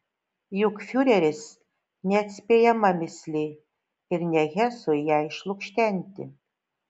juk fiureris neatspėjama mįslė ir ne hesui ją išlukštenti